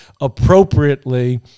appropriately